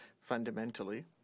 Fundamentally